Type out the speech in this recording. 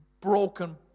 broken